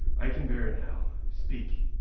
i can bear it now. speak,